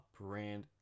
brand